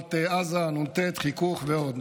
מרצועת עזה, נ"ט, חיכוך ועוד.